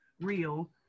real